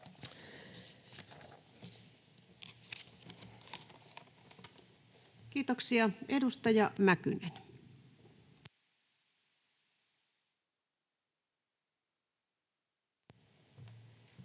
Kiitoksia. — Edustaja Mäkynen. [Speech